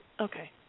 okay